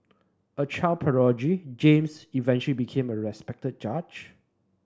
a child prodigy James eventually became a respected judge